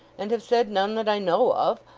and have said none that i know of.